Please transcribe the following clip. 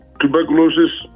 tuberculosis